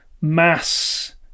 mass